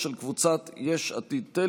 של קבוצת יש עתיד-תל"ם.